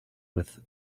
with